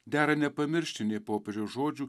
dera nepamiršti nei popiežiaus žodžių